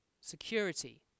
security